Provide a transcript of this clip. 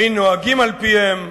אין נוהגים על-פיהם.